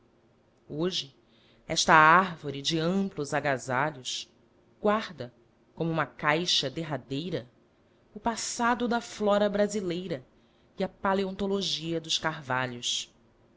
hoje esta árvore de amplos agasalhos guarda como uma caixa derradeira o passado da flora brasileira e a paleontologia dos carvalhos